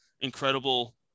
incredible